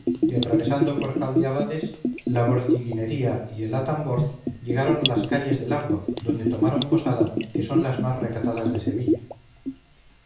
y atravesando por cal de abades la borciguinería y el atambor llegaron a las calles del agua donde tomaron posada que son las más recatadas de sevilla